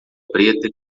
preta